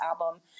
album